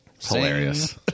Hilarious